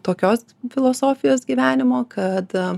tokios filosofijos gyvenimo kad